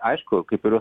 aišku kaip kurių